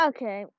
Okay